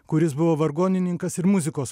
kuris buvo vargonininkas ir muzikos